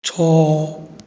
ଛଅ